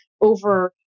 over